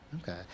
Okay